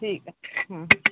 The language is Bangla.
ঠিক আছে হুম